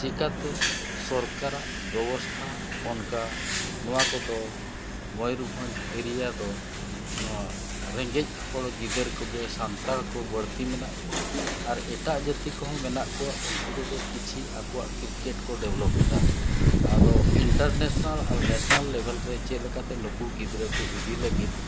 ᱪᱤᱠᱟᱹᱛᱮ ᱥᱚᱨᱠᱟᱨᱟᱜ ᱵᱮᱵᱚᱥᱛᱷᱟ ᱚᱱᱠᱟ ᱱᱚᱣᱟ ᱠᱚᱫᱚ ᱢᱚᱭᱩᱨᱵᱷᱚᱸᱡᱽ ᱮᱨᱤᱭᱟ ᱫᱚ ᱱᱚᱣᱟ ᱨᱮᱸᱜᱮᱡ ᱦᱚᱲ ᱜᱤᱫᱟᱹᱨ ᱠᱚᱜᱮ ᱥᱟᱱᱛᱟᱲ ᱠᱚ ᱵᱟᱹᱲᱛᱤ ᱢᱮᱱᱟ ᱠᱚᱣᱟ ᱟᱨ ᱮᱴᱟᱜ ᱡᱟᱹᱛᱤ ᱠᱚᱦᱚᱸ ᱢᱮᱱᱟᱜ ᱠᱚᱣᱟ ᱩᱱᱠᱩ ᱠᱚᱫᱚ ᱠᱤᱪᱷᱤ ᱟᱠᱚᱣᱟᱜ ᱠᱨᱤᱠᱮ ᱴ ᱠᱚ ᱰᱮᱵᱷᱞᱚᱯᱮᱫᱟ ᱟᱫᱚ ᱤᱱᱴᱟᱨᱱᱮᱥᱮᱱᱮᱞ ᱟᱨ ᱱᱮᱥᱮᱱᱮᱞ ᱞᱮᱵᱮᱞ ᱨᱮ ᱪᱮᱫ ᱞᱮᱠᱟᱛᱮ ᱱᱩᱠᱩ ᱜᱤᱫᱽᱨᱟᱹ ᱠᱚ ᱤᱫᱤ ᱞᱟᱹᱜᱤᱫ